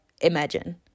imagine